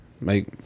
make